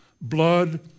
blood